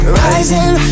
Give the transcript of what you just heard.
rising